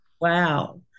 Wow